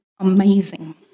Amazing